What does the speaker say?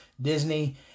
Disney